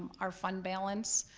our fund balance